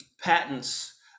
patents